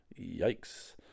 Yikes